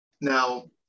Now